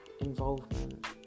involvement